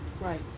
right